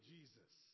Jesus